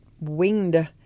winged